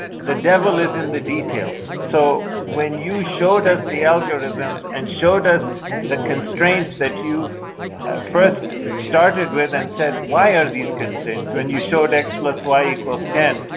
the devil is in the details. so when you showed us the algorithms and showed us the constraints that you first started with, and said, why are these constraints, when you showed x plus y equals ten,